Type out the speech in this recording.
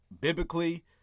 biblically